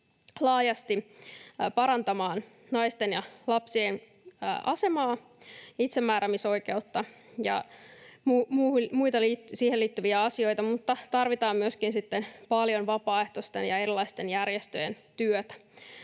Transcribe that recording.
laajasti parantamaan naisten ja lapsien asemaa, itsemääräämisoikeutta ja muita siihen liittyviä asioita, mutta tarvitaan myöskin sitten paljon vapaaehtoisten ja erilaisten järjestöjen työtä.